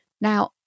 Now